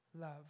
love